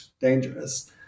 dangerous